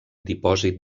dipòsit